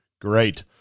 Great